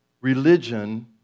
Religion